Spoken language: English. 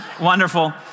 wonderful